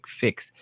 fix